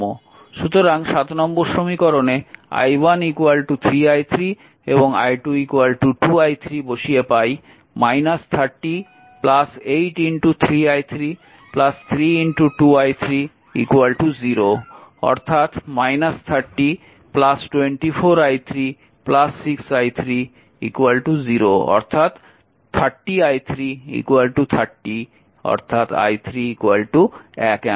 সুতরাং নম্বর সমীকরণে i1 3 i3 এবং i2 2 i3 বসিয়ে পাই 30 8 3 i3 3 2 i3 0 অর্থাৎ 30 24 i3 6 i3 0 অর্থাৎ 30 i3 30 অর্থাৎ i3 1 অ্যাম্পিয়ার